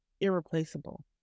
irreplaceable